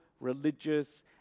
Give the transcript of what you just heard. religious